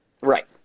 Right